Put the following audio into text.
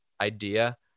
Idea